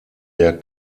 der